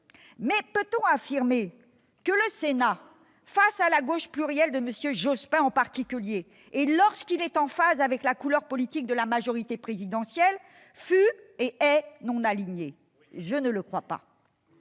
Mais peut-on affirmer que le Sénat, face à la gauche plurielle de M. Jospin en particulier, et lorsqu'il est en phase avec la couleur politique de la majorité présidentielle, fut et est non aligné ? Oui ! Je ne le crois pas.